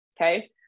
okay